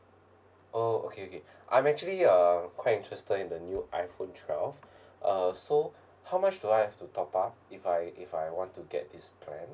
oh okay okay I'm actually uh quite interested in the new iPhone twelve uh so how much do I have to top up if I if I want to get this plan